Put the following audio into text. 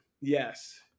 Yes